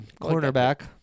cornerback